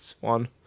one